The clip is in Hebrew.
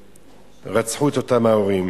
ורצחו את אותם הורים.